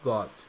God